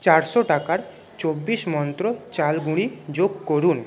চারশো টাকার চব্বিশ মন্ত্র চালের গুঁড়ি যোগ করুন